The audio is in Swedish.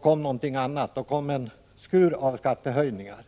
kom någonting annat — då kom en skur av skattehöjningar.